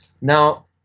Now